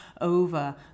over